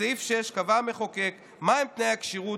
בסעיף 6 קבע המחוקק מהם תנאי הכשירות,